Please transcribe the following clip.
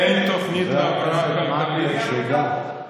אין תוכנית להבראה כלכלית, חבר הכנסת מקלב, תודה.